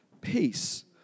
peace